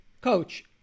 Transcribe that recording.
Coach